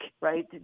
right